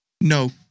no